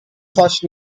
first